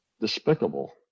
despicable